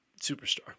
superstar